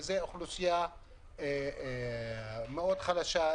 ומדובר על אוכלוסייה מאוד חלשה,